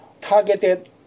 targeted